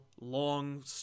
long